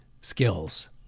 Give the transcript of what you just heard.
skills